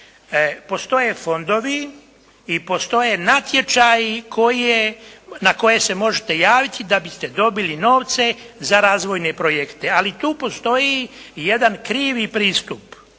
Postoje fondovi i postoje natječaji na koje se možete javiti da biste dobili novce za razvojne projekte, ali tu postoji jedan krivi pristup.